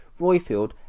Royfield